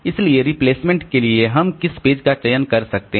इसलिए रिप्लेसमेंट के लिए हम किस पेज का चयन कर सकते हैं